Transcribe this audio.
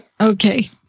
Okay